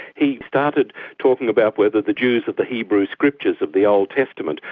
he started talking about whether the jews of the hebrew scriptures, of the old testament,